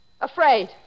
Afraid